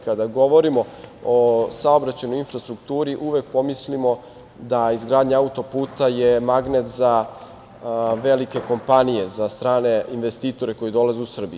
Kada govorimo o saobraćajnoj infrastrukturi uvek pomislimo da izgradnja autoputa je magnet za velike kompanije, za strane investitore koji dolaze u Srbiju.